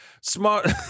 Smart